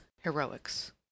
Heroics